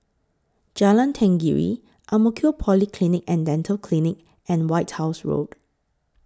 Jalan Tenggiri Ang Mo Kio Polyclinic and Dental Clinic and White House Road